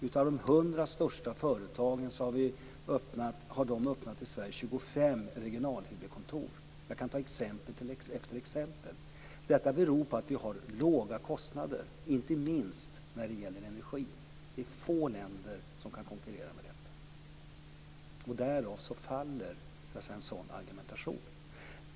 Bland de 100 största företagen har man öppnat 25 regionalhuvudkontor i Sverige. Jag kan ta exempel efter exempel. Detta beror på att vi har låga kostnader, inte minst när det gäller energi. Det är få länder som kan konkurrera med detta. Därav faller en sådan argumentation.